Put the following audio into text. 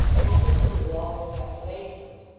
overthrew all their speculations,